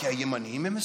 כי הימנים הם מסוכנים.